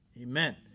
Amen